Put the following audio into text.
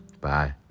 bye